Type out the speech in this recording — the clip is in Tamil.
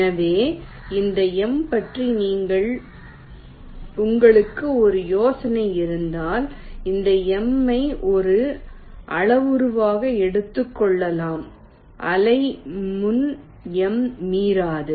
எனவே அந்த மீ பற்றி உங்களுக்கு ஒரு யோசனை இருந்தால் அந்த Mஐ ஒரு அளவுருவாக எடுத்துக்கொள்ளலாம் அலை முன் M மீறாது